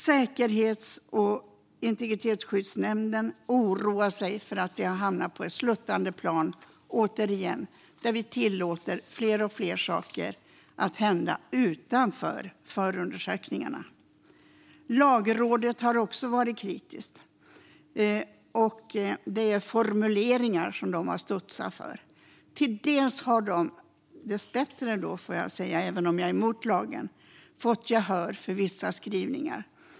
Säkerhets och integritetsskyddsnämnden oroar sig för att vi återigen har hamnat på ett sluttande plan där vi tillåter fler och fler saker att hända utanför förundersökningarna. Lagrådet har också varit kritiskt och studsat inför vissa formuleringar. De fick - dessbättre, får jag säga även om jag är emot lagen - delvis gehör för vissa skrivningar.